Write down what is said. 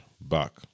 back